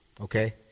Okay